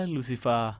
Lucifer